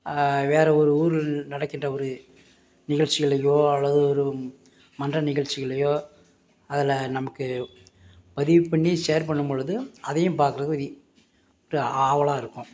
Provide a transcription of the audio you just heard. வேற ஒரு ஊரில் நடக்கின்ற ஒரு நிகழ்ச்சிகளையோ அல்லது ஒரு மன்ற நிகழ்ச்சிகளையோ அதில் நமக்கு பதிவு பண்ணி ஷேர் பண்ணும்பொழுது அதையும் பார்க்குறது வி ஒரு ஆவலாக இருக்கும்